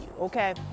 okay